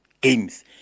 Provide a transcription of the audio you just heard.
games